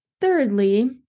thirdly